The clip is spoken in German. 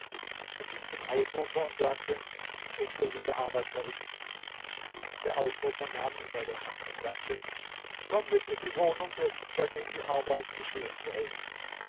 er ging zum ausrufer und sagte ich will diese arbeit verrichten der ausrufer nahm ihn bei der hand und sagte komm mit in die wohnung dessen bei dem die arbeit geschehen soll